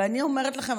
ואני אומרת לכם,